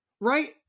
right